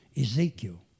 Ezekiel